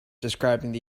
describing